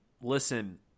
listen